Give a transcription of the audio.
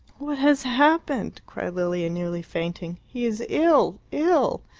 what has happened? cried lilia, nearly fainting. he is ill ill.